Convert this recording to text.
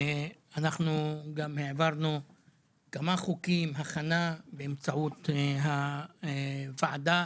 אנחנו גם העברנו כמה חוקים שהוכנו באמצעות הוועדה.